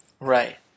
Right